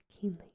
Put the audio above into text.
keenly